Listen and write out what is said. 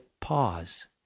pause